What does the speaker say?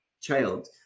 child